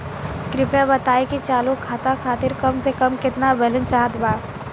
कृपया बताई कि चालू खाता खातिर कम से कम केतना बैलैंस चाहत बा